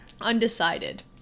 undecided